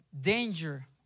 danger